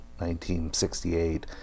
1968